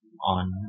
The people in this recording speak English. on